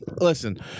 listen